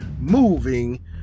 moving